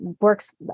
works